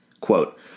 Quote